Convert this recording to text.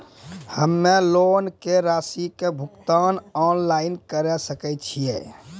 हम्मे लोन के रासि के भुगतान ऑनलाइन करे सकय छियै?